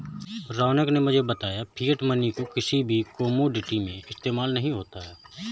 रौनक ने मुझे बताया की फिएट मनी को किसी भी कोमोडिटी में इस्तेमाल नहीं होता है